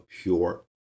pure